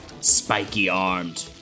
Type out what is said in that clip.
spiky-armed